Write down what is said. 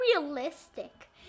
realistic